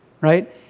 right